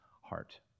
heart